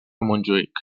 montjuïc